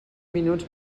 minuts